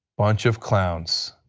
bunch of clowns,